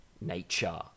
nature